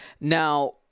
Now